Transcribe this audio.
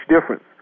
difference